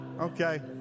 Okay